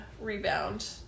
rebound